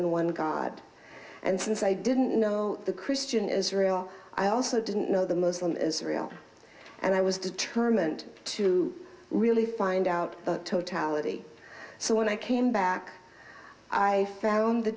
in one god and since i didn't know the christian israel i also didn't know the muslim israel and i was determined to really find out totality so when i came back i found the